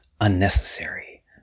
unnecessary